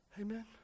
Amen